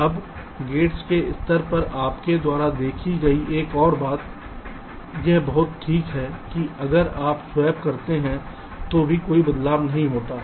अब गेट्स के स्तर पर आपके द्वारा देखी गई एक और बात यह बहुत ठीक है कि अगर आप स्वैप करते हैं तो भी कोई बदलाव नहीं होता है